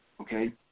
okay